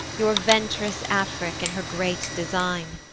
your vent'rous afric in her great design.